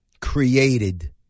created